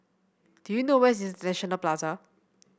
do you know where is International Plaza